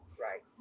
right